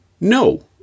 no